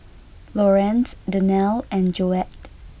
Lorenz Danielle and Joette